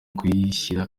kuyishyira